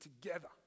together